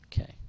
Okay